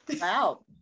wow